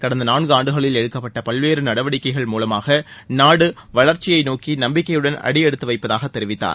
கடந்த நான்காண்டுகளில் எடுக்கப்பட்ட பல்வேறு நடவடிக்கைகள் மூலமாக நாடு வளர்ச்சியை நோக்கி நம்பிக்கையுடன் அடியெடுத்து வைப்பதாக தெரிவித்தார்